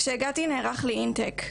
כשהגעתי, נערך לי אינטייק.